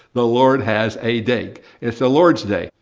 the lord has a day. it's the lord's day.